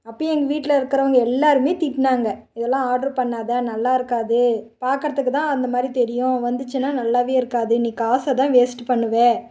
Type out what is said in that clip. அப்பயும் எங்கள் வீட்டில் இருக்கிறவங்க எல்லாேருமே திட்டினாங்க இதெல்லாம் ஆர்ட்ரு பண்ணாதே நல்லாயிருக்காது பார்க்கறத்துக்கு தான் அந்த மாதிரி தெரியும் வந்துச்சுனால் நல்லாவே இருக்காது நீ காசை தான் வேஸ்ட்டு பண்ணுவே